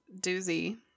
doozy